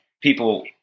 people